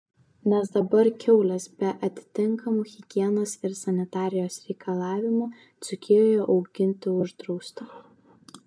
nes dabar kiaules be atitinkamų higienos ir sanitarijos reikalavimų dzūkijoje auginti uždrausta